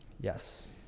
Yes